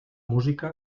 música